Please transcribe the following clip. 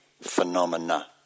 phenomena